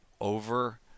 over